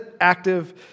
active